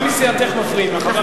גם מסיעתך מפריעים לך.